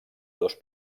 dos